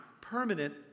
permanent